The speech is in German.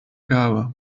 gabe